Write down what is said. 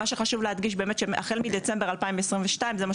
מה שחשוב להדגיש זה שהחל מדצמבר 2022 זה מה